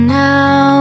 now